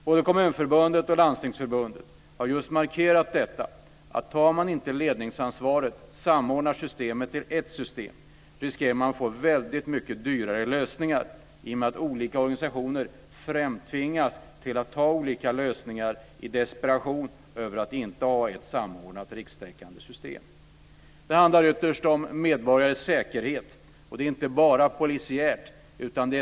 Både Kommunförbundet och Landstingsförbundet har just markerat att man, om man inte tar ledningsansvaret och samordnar systemen till ett system, riskerar att få väldigt mycket dyrare lösningar i och med att olika organisationer tvingas att ta till olika lösningar i desperation över att det inte finns ett samordnat rikstäckande system. Det handlar ytterst om medborgares säkerhet, och inte bara polisiärt.